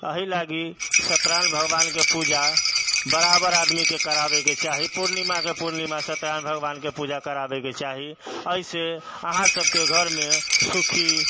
एहि लागि सत्य नारायण भगवानके पूजा बराबर आदमीके करावेके चाही पूर्णिमाके पूर्णिमा सत्य नारायण भगवानके पूजा करावेके चाही एहिसँ अहाँ सभकेँ घरमे सुखी